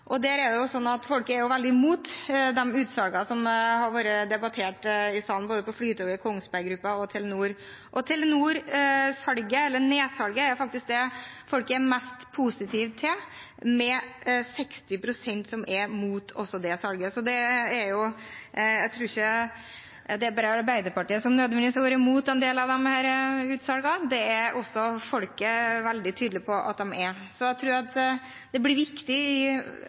og det er jo slik at folket er veldig imot de utsalgene som har vært debattert her i salen, både i Flytoget, Kongsberg Gruppen og Telenor. Nedsalget i Telenor er faktisk det folket er mest positive til – med 60 pst. som er imot også det salget – så jeg tror ikke det nødvendigvis bare er Arbeiderpartiet som har vært imot disse utsalgene; folket er også veldig tydelig på at de er det. Så jeg tror det blir viktig i